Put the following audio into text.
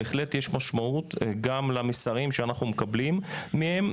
בהחלט יש משמעות גם למסרים שאנחנו מקבלים מהם,